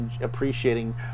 appreciating